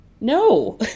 no